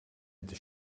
into